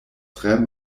tre